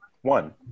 one